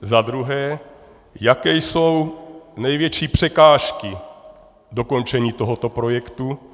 Za druhé, jaké jsou největší překážky dokončení tohoto projektu.